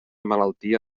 malaltia